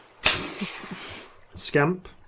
Scamp